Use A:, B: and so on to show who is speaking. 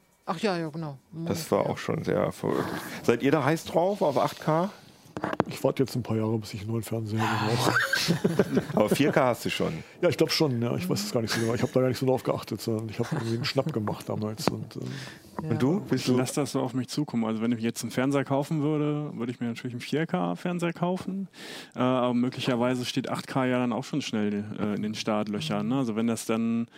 A: Ach ja, ja, genau.
B: Das war
A: Ja.
B: auch schon sehr verrückt. Seid ihr da heiß drauf auf 8K?
C: Ich warte jetzt ein paar Jahre, bis ich einen neuen Fernseher habe.
B: Aber 4K hast du schon?
C: Ja, ich glaube schon, ja. Ich weiß es gar nicht so genau. Ich habe da gar nicht so drauf geachtet, sondern ich habe irgendwie einen Schnapp gemacht damals und, ähm.
B: Und du? Bist
D: Ja.
B: du-
D: Ich lasse das so auf mich zukommen. Also wenn ich jetzt einen Fernseher kaufen würde, würde ich mir natürlich einen 4K Fernseher kaufen. Äh, aber möglicherweise steht 8K ja dann auch schon schnell, äh, in den Startlöchern, ne. Also wenn das dann